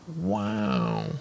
Wow